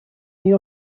the